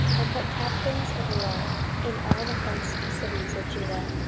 and put captains of war in all the fenced cities of judah.